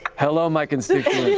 hello, my constituent,